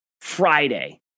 Friday